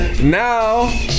Now